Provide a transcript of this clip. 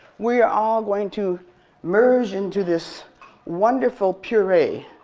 we are all going to merge into this wonderful puree